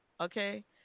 Okay